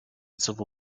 civil